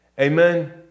Amen